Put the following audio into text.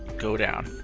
go down.